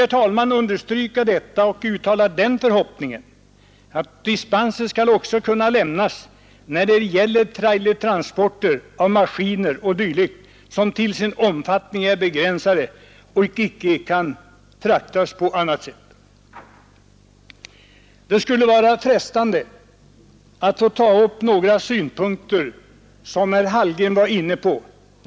herr talman, understryka detta och uttalar den förhoppningen att dispenser också skall kunna lämnas när det gäller trailertransporter av maskiner och dylikt, som till sin omfattning är begränsade och icke kan ske på annat sätt. Det är frestande att ta upp ett par av de frågor herr Hallgren var inne på.